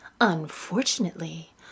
Unfortunately